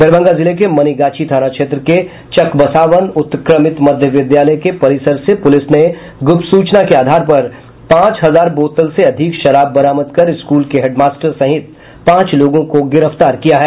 दरभंगा जिले के मनिगाछी थाना क्षेत्र के चकबसावन उत्क्रमित मध्यविद्यालय के परिसर से पूलिस ने ग्रप्त सूचना के आधार पर पांच हजार बोतल से अधिक शराब बरामद कर स्कूल के हेडमास्टर सहित पाँच लोगों को गिरफ्तार किया है